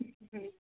ହୁଁ